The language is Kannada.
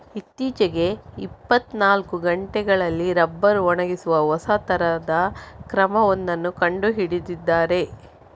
ಇತ್ತೀಚೆಗೆ ಇಪ್ಪತ್ತನಾಲ್ಕು ಗಂಟೆಯಲ್ಲಿ ರಬ್ಬರ್ ಒಣಗಿಸುವ ಹೊಸ ತರದ ಕ್ರಮ ಒಂದನ್ನ ಕಂಡು ಹಿಡಿದಿದ್ದಾರೆ